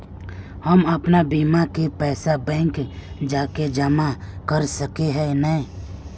हम अपन बीमा के पैसा बैंक जाके जमा कर सके है नय?